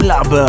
Lab